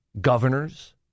Governors